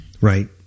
right